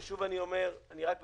שוב, אני רק מזכיר,